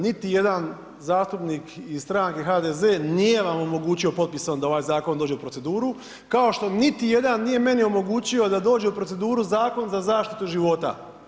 Niti jedan zastupnik iz stranke HDZ-e nije vam omogućio potpisom da ovaj zakon dođe u proceduru, kao što niti jedan nije meni omogućio da dođe u proceduru Zakon za zaštitu života.